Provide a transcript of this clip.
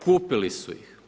Kupili su ih.